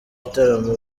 gitaramo